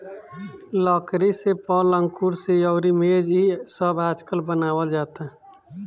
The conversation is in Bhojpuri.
लकड़ी से पलंग, कुर्सी अउरी मेज़ इ सब आजकल बनावल जाता